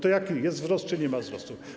To czy jest wzrost, czy nie ma wzrostu?